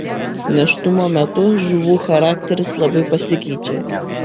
nėštumo metu žuvų charakteris labai pasikeičia